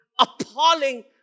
appalling